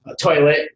toilet